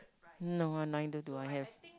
no I neither do I have